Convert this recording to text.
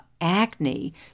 acne